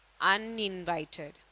uninvited